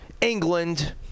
England